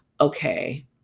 okay